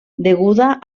deguda